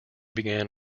began